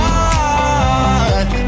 heart